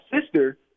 sister